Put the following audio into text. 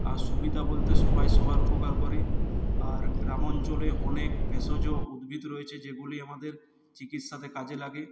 আর সুবিধা বলতে সবাই সবার উপকার করে আর গ্রামাঞ্চলে অনেক ভেষজ উদ্ভিদ রয়েছে যেগুলি আমাদের চিকিৎসাতে কাজে লাগে